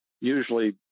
usually